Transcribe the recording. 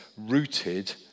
rooted